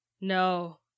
No